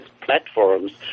platforms